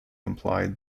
implied